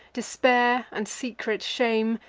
despair, and secret shame,